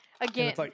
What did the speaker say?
Again